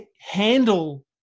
handle